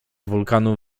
wulkanu